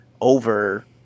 over